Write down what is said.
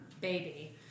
baby